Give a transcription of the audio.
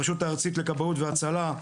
הרשות הארצית לכבאות והצלה,